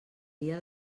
dia